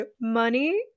money